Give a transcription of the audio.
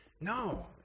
No